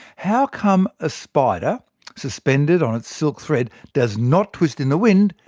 how come a spider suspended on its silk thread does not twist in the wind,